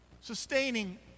Sustaining